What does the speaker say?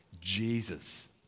Jesus